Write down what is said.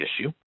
issue